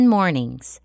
Mornings